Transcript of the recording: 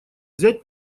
взять